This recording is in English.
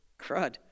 Crud